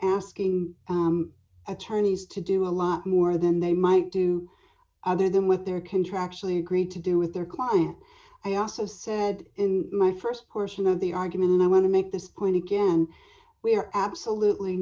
asking attorneys to do a lot more than they might do other than what they're contractually agreed to do with their client i also said in my st portion of the argument and i want to make this point again we are absolutely